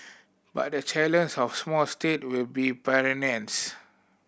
but the challenges of small state will be